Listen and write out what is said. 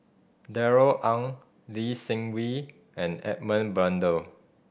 Darrell Ang Lee Seng Wee and Edmund Blundell